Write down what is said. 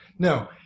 no